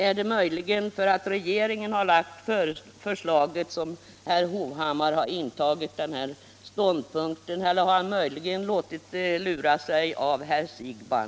Är det möjligen därför att regeringen har lagt förslaget som herr Hovhammar har intagit denna nya ståndpunkt eller har han låtit lura sig av herr Siegbahn?